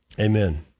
Amen